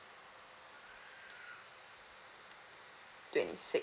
twenty six